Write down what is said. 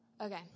okay